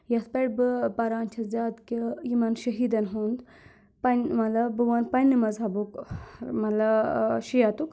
یَتھ پؠٹھ بہٕ پَران چھَس زیادٕ کہِ یِمَن شہیٖدَن ہُنٛد پَن مطلب بہٕ وَن پَنٛنہِ مذہبُک مطلب شِیعَتُک